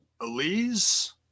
Elise